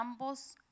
ambos